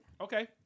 Okay